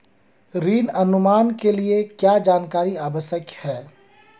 ऋण अनुमान के लिए क्या जानकारी आवश्यक है?